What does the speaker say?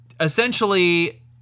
essentially